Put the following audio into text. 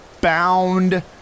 Bound